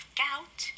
gout